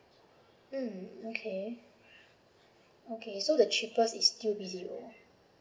mm okay okay so the cheapest is still B_T_O